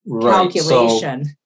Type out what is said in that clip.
calculation